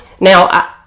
Now